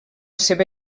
seva